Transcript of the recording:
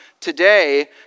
today